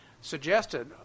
suggested